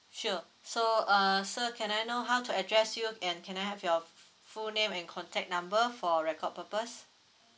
sure so uh sir can I know how to address you and can I have your f~ full name and contact number for record purpose